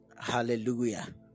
Hallelujah